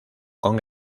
con